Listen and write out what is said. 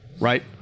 right